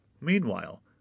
Meanwhile